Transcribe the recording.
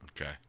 Okay